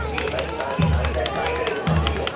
इहो साईं तव्हांखे काई काई तारीख़ खपंदो इहो